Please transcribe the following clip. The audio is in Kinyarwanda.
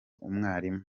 umwarimu